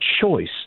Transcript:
choice